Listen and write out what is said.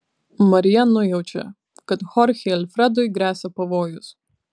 marija nujaučia kad chorchei alfredui gresia pavojus